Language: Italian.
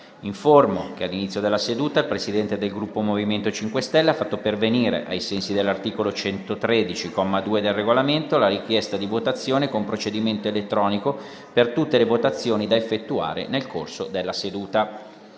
che all'inizio della seduta il Presidente del Gruppo MoVimento 5 Stelle ha fatto pervenire, ai sensi dell'articolo 113, comma 2, del Regolamento, la richiesta di votazione con procedimento elettronico per tutte le votazioni da effettuare nel corso della seduta.